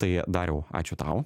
tai dariau ačiū tau